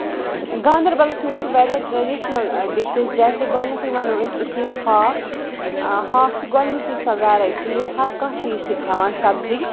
گاندربالَس منٛز چھِ واریاہ ٹریڈِشنل ڈِشٕز جیسے گۄڈٕنیتھٕے وَنو أسۍ أسۍ چھِ ییٚتہِ ہاکھ ہاکھ چھُ گۄڈٕنِچی سۄ ویریٹی یُس ہر کانٛہہ چیٖز چھُ کھیٚوان سَبزی